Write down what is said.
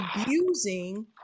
abusing